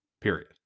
Period